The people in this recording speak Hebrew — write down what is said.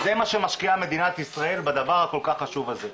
זה מה שמשקיעה מדינת ישראל בדבר הכול כך חשוב הזה.